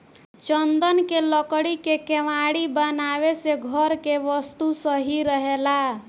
चन्दन के लकड़ी के केवाड़ी बनावे से घर के वस्तु सही रहेला